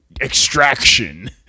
extraction